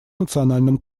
национальном